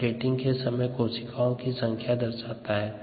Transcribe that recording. यह प्लेटिंग के समय कोशिकाओं की संख्या को दर्शाता है